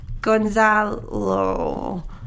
Gonzalo